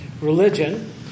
religion